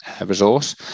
resource